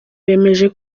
bemeje